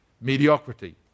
mediocrity